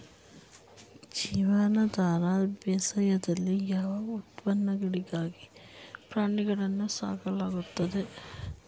ಜೀವನಾಧಾರ ಬೇಸಾಯದಲ್ಲಿ ಯಾವ ಉತ್ಪನ್ನಗಳಿಗಾಗಿ ಪ್ರಾಣಿಗಳನ್ನು ಸಾಕಲಾಗುತ್ತದೆ?